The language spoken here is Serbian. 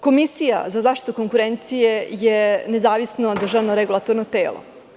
Komisija za zaštitu konkurencije je nezavisno državno regulatorno telo.